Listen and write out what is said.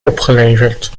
opgeleverd